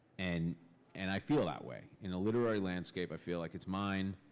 and and i feel that way. in a literary landscape, i feel like it's mine,